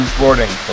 Sporting